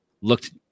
looked